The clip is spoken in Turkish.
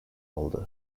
oldu